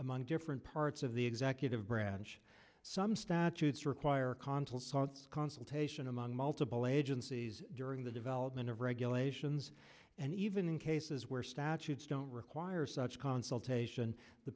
among different parts of the executive branch some statutes require consul sots consultation among multiple agencies during the development of regulations and even in cases where statutes don't require such consultation the